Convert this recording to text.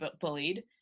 bullied